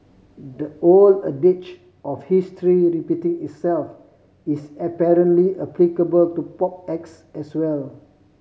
the old adage of history repeating itself is apparently applicable to pop acts as well